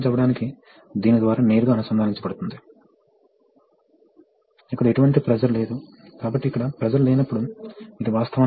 కానీ అదే సమయంలో మనకు అధిక పంపు ప్రెషర్ అవసరం